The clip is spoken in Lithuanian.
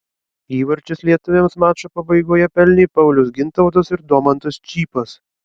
įvarčius lietuviams mačo pabaigoje pelnė paulius gintautas ir domantas čypas